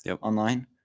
online